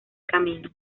camino